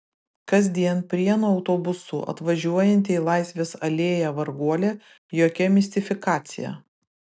kasdien prienų autobusu atvažiuojanti į laisvės alėją varguolė jokia mistifikacija